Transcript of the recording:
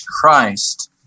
Christ